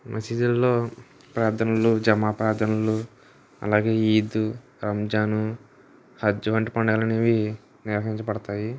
మసీదుల్లో ప్రార్ధనలు జమా ప్రార్ధనలు అలాగే ఈద్ రంజాన్ హజ్ వంటి పండగలనేవి నిర్వహించబడతాయి